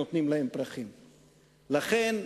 לכן,